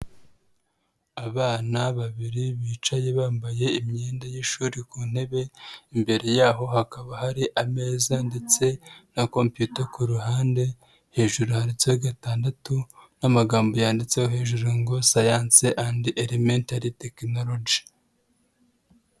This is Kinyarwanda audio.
Abana babiri bicaye bambaye imyenda y'ishuri ku ntebe imbere yaho hakaba hari ameza ndetse na kompuyuta ku ruhande hejuru gatandatu n'amagambo yanditseho hejuru ngo sayanse endi eremantari tekinoroji.